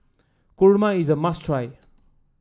Kurma is a must try